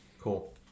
Cool